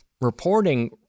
reporting